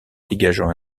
dégageant